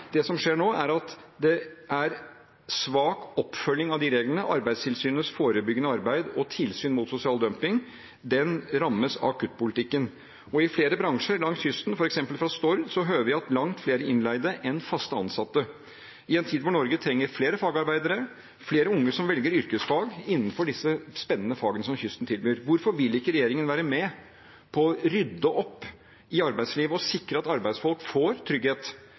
Det som skjer nå, er at det er svak oppfølging av de reglene. Arbeidstilsynets forebyggende arbeid og tilsyn mot sosial dumping rammes av kuttpolitikken. Fra flere bransjer langs kysten, f.eks. fra Stord, hører vi at det er langt flere innleide enn fast ansatte i en tid da Norge trenger flere fagarbeidere, flere unge som velger yrkesfag innenfor de spennende fagene som kysten tilbyr. Hvorfor vil ikke regjeringen være med på å rydde opp i arbeidslivet og sikre at arbeidsfolk får trygghet,